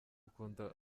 ukunda